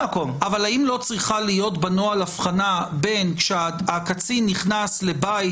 צריכה להיות בנוהל הבחנה בין כשהקצין נכנס לבית